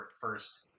first